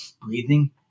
breathing